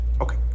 Okay